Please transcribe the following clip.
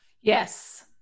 Yes